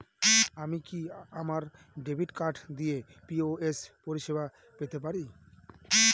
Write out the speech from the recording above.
আমি কি আমার ডেবিট কার্ড দিয়ে পি.ও.এস পরিষেবা পেতে পারি?